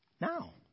now